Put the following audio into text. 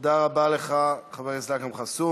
תודה רבה לך, חבר הכנסת אכרם חסון.